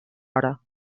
hora